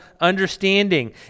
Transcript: understanding